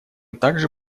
также